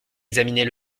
examiner